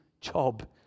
job